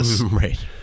Right